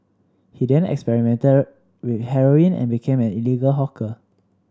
he then experimented with heroin and became an illegal hawker